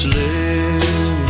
live